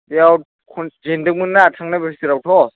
बेयाव खन जेन्दोंमोनना थांनाय बोसोरावथ'